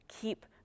Keep